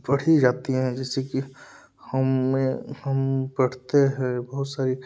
पढ़ी जाती है जैसे कि हम में हम पढ़ते है बहुत सारी